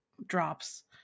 drops